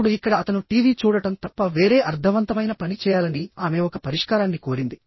ఇప్పుడు ఇక్కడ అతను టీవీ చూడటం తప్ప వేరే అర్ధవంతమైన పని చేయాలని ఆమె ఒక పరిష్కారాన్ని కోరింది